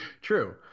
True